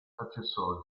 accessori